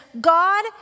God